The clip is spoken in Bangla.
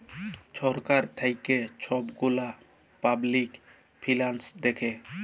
ছরকার থ্যাইকে ছব গুলা পাবলিক ফিল্যাল্স দ্যাখে